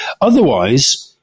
otherwise –